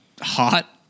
hot